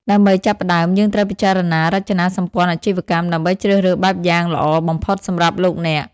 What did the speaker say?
ដើម្បីចាប់ផ្តើម យើងត្រូវពិចារណារចនាសម្ព័ន្ធអាជីវកម្ម ដើម្បីជ្រើសរើសបែបយ៉ាងល្អបំផុតសម្រាប់លោកអ្នក។